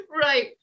right